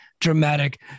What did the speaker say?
dramatic